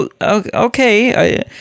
Okay